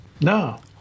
No